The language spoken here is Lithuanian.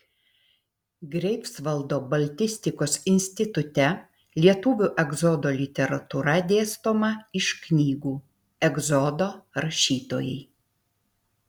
greifsvaldo baltistikos institute lietuvių egzodo literatūra dėstoma iš knygų egzodo rašytojai